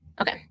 Okay